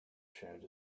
shared